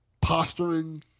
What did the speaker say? posturing